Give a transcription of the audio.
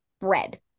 bread